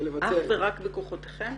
אך ורק בכוחותיכם?